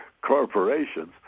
corporations